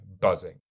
buzzing